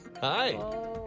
Hi